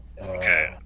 Okay